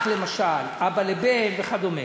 אח, למשל, אבא לבן וכדומה.